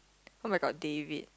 oh-my-god David